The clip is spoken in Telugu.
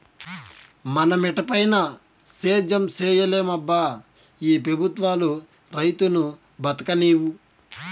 మన మిటపైన సేద్యం సేయలేమబ్బా ఈ పెబుత్వాలు రైతును బతుకనీవు